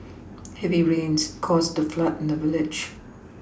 heavy rains caused a flood in the village